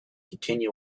continue